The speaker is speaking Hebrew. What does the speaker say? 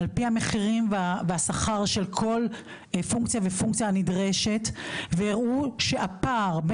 על פי המחירים והשכר של כל פונקציה ופונקציה הנדרשת והראו שהפער,